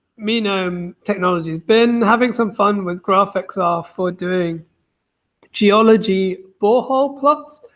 menome technologies, been having some fun with graphxr ah for doing geology bore hole plot,